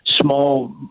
Small